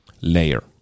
layer